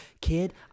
Kid